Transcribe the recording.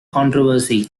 controversy